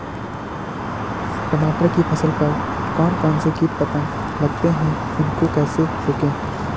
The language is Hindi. टमाटर की फसल पर कौन कौन से कीट पतंग लगते हैं उनको कैसे रोकें?